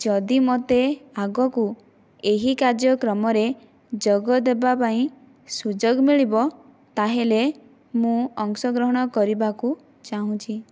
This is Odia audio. ଯଦି ମୋତେ ଆଗକୁ ଏହି କାର୍ଯ୍ୟକ୍ରମରେ ଯୋଗ ଦେବାପାଇଁ ସୁଯୋଗ ମିଳିବ ତା'ହେଲେ ମୁଁ ଅଂଶଗ୍ରହଣ କରିବାକୁ ଚାହୁଁଛି